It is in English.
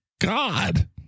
God